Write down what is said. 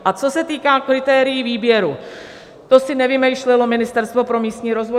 A co se týká kritérií výběru, to si nevymýšlelo Ministerstvo pro místní rozvoj.